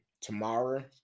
tomorrow